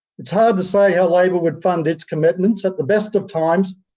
it's hard to say how labor would fund its commitments at the best of times,